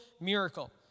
miracle